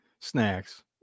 snacks